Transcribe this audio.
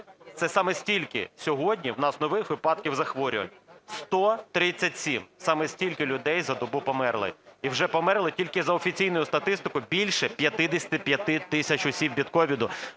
це саме стільки сьогодні в нас нових випадків захворювань, 137 – саме стільки людей за добу померли, і вже померли тільки за офіційною статистикою більше 55 тисяч осіб від COVID.